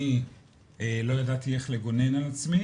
אני לא ידעתי איך לגונן על עצמי